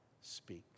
speaks